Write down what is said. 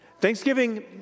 Thanksgiving